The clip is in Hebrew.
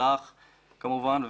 לך כמובן,